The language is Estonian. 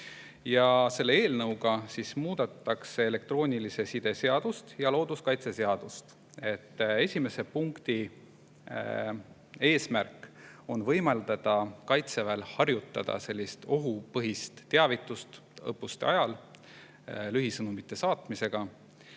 Selle eelnõuga muudetakse elektroonilise side seadust ja looduskaitseseadust. Esimese punkti eesmärk on võimaldada Kaitseväel harjutada õppuste ajal ohupõhist teavitust lühisõnumite saatmisega.